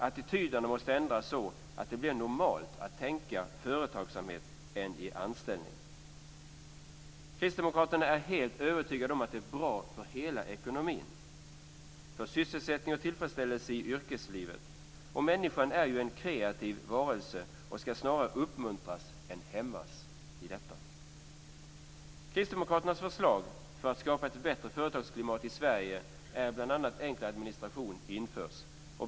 Attityderna måste ändras så att det blir mer normalt att tänka i företagsamhet än i anställning. Kristdemokraterna är helt övertygade om att det är bra för hela ekonomin, för sysselsättning och för tillfredsställelse i yrkeslivet. Människan är ju en kreativ varelse och ska snarare uppmuntras än hämmas i detta. Kristdemokraternas förslag för att skapa ett bättre företagsklimat i Sverige är bl.a. att enklare administration införs.